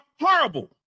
horrible